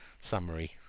summary